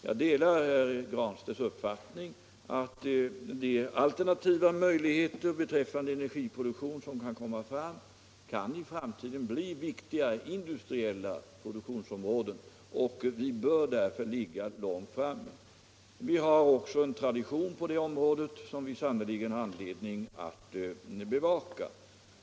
Jag delar herr Granstedts uppfattning att de alternativa möjligheter beträffande energiproduktion som kan komma fram i framtiden kan bli viktiga industriella produktionsområden, och vi bör därför ligga långt framme. Vi har också en tradition på det här området som vi sannerligen har anledning att bevaka.